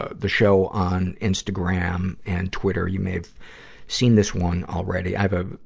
ah the show on instagram and twitter, you may have seen this one already. i have a,